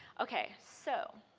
okay, so